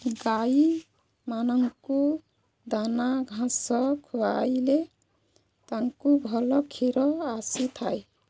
ଗାଈମାନଙ୍କୁ ଦାନା ଘାସ ଖୁଆାଇଲେ ତାଙ୍କୁ ଭଲ କ୍ଷୀର ଆସିଥାଏ